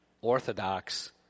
orthodox